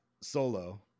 solo